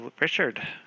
richard